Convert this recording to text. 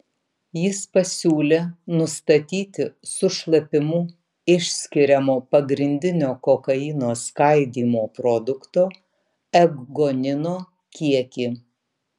jis pasiūlė nustatyti su šlapimu išskiriamo pagrindinio kokaino skaidymo produkto ekgonino kiekį